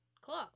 Cool